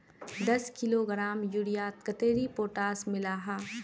दस किलोग्राम यूरियात कतेरी पोटास मिला हाँ?